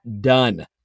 done